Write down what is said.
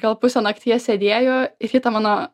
gal pusę nakties sėdėjo ir ji tą mano